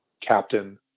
captain